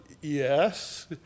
Yes